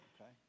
okay